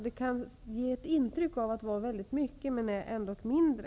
Det kan ge ett intryck av att vara väldigt mycket, det är ändock mindre.